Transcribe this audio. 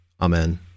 Amen